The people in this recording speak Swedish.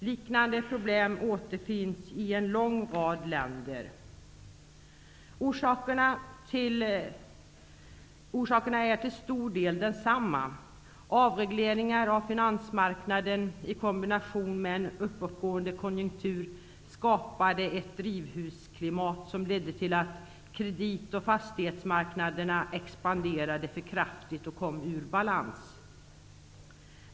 Liknande problem återfinns i en lång rad länder. Orsakerna är till stor del desamma. Avregleringar av finansmarknaderna i kombination med en uppåtgående konjunktur skapade ett drivhusklimat som ledde till att kredit och fastighetsmarknaderna expanderade för kraftigt och kom ur balans.